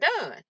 done